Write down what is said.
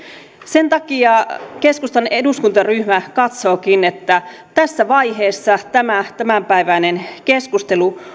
sen takia keskustan eduskuntaryhmä katsookin että tässä vaiheessa tämä tämänpäiväinen keskustelu